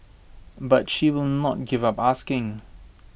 but she will not give up asking